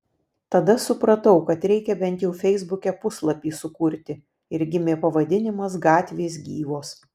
tada supratau kad reikia bent jau feisbuke puslapį sukurti ir gimė pavadinimas gatvės gyvos